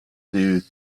die